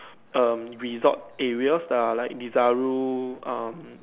um resort areas lah like Desaru um